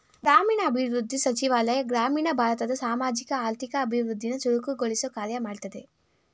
ಗ್ರಾಮೀಣಾಭಿವೃದ್ಧಿ ಸಚಿವಾಲಯ ಗ್ರಾಮೀಣ ಭಾರತದ ಸಾಮಾಜಿಕ ಆರ್ಥಿಕ ಅಭಿವೃದ್ಧಿನ ಚುರುಕುಗೊಳಿಸೊ ಕಾರ್ಯ ಮಾಡ್ತದೆ